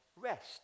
rest